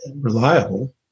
reliable